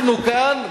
אנחנו כאן,